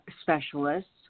specialists